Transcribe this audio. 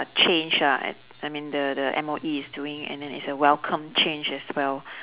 change lah I I mean the the M_O_E is doing and then it's a welcomed change as well